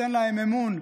תן בהם אמון,